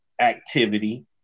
activity